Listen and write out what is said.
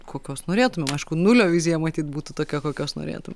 kokios norėtumėm aišku nulio vizija matyt būtų tokia kokios norėtum